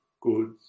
goods